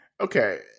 Okay